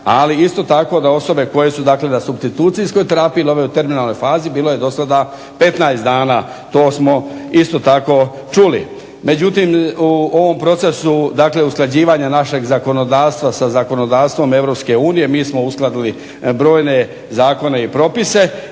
Ali isto tako da osobe koje su, dakle na supstitucijskoj terapiji ili ovi u terminalnoj fazi bilo je do sada 15 dana. To smo isto tako čuli. Međutim, u ovom procesu, dakle usklađivanja našeg zakonodavstva sa zakonodavstvom Europske unije mi smo uskladili brojne zakone i propise